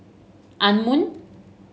Anmum